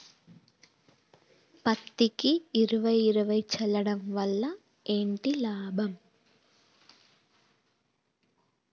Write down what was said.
పత్తికి ఇరవై ఇరవై చల్లడం వల్ల ఏంటి లాభం?